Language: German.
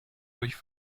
durch